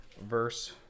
verse